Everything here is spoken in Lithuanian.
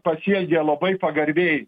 pasielgė labai pagarbiai